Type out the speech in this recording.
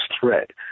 threat